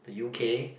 the U_K